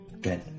Good